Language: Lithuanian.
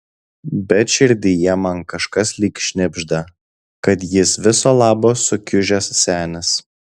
bet širdyje man kažkas lyg šnibžda kad jis viso labo sukiužęs senis